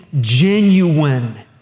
genuine